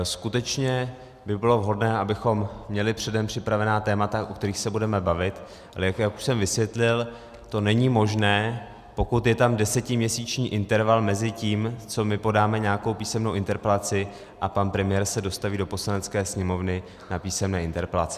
Skutečně by bylo vhodné, abychom měli předem připravená témata, o kterých se budeme bavit, ale jak už jsem vysvětlil, to není možné, pokud je tam desetiměsíční interval mezi tím, co my podáme nějakou písemnou interpelaci, a pan premiér se dostaví do Poslanecké sněmovny na písemné interpelace.